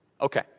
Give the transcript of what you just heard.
Okay